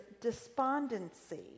despondency